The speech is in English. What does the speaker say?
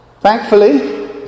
Thankfully